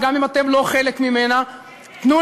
וגם הם צריכים לקבל את השירותים שמדינת ישראל נותנת לאזרחיה.